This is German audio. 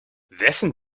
wessen